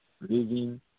living